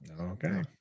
Okay